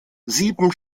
sieben